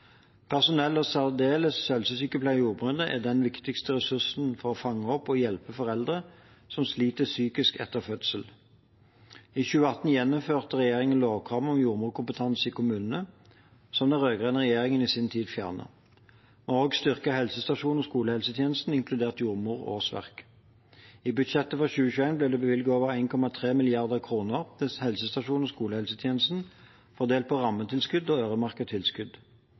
og særdeles helsesykepleiere og jordmødre, er den viktigste ressursen for å fange opp og hjelpe foreldre som sliter psykisk etter fødsel. I 2018 gjeninnførte regjeringen lovkravet om jordmorkompetanse i kommunene, som den rød-grønne regjeringen i sin tid fjernet. Vi har også styrket helsestasjons- og skolehelsetjenesten, inkludert jordmorårsverk. I budsjettet for 2021 ble det bevilget over 1,3 mrd. kr til helsestasjons- og skolehelsetjenesten, fordelt på rammetilskudd og